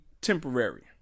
temporary